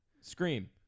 Scream